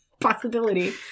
possibility